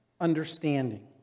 Understanding